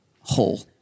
whole